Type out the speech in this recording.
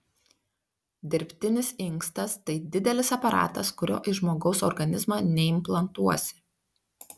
dirbtinis inkstas tai didelis aparatas kurio į žmogaus organizmą neimplantuosi